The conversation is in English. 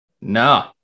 no